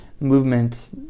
movement